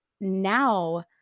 now –